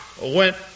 went